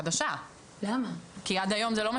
אנחנו גם עלולים למצוא את עצמנו באירוע גדול הרבה יותר,